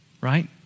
right